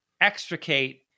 extricate